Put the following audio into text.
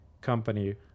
company